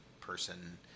person